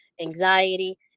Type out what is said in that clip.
anxiety